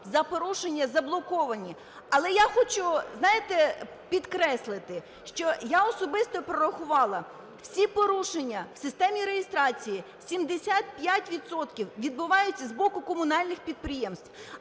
за порушення заблоковані. Але я хочу, знаєте, підкреслити, що я особисто прорахувала всі порушення в системі реєстрації: 75 відсотків відбуваються з боку комунальних підприємств.